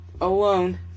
alone